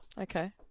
Okay